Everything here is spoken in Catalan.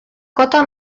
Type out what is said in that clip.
cota